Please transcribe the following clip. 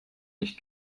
nicht